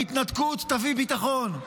ההתנתקות תביא ביטחון.